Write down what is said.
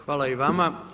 Hvala i vama.